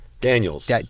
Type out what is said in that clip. Daniels